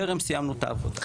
טרם סיימנו את העבודה.